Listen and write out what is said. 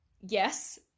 yes